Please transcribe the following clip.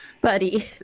Buddy